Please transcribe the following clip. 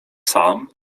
sam